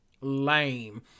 lame